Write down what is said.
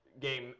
game